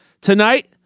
Tonight